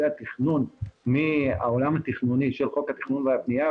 התכנון מהעולם התכנוני של חוק התכנון והבנייה,